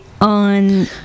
on